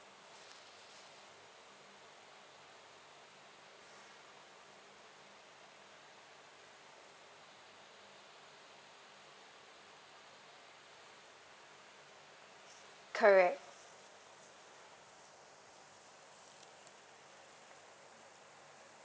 correct